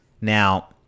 Now